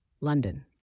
London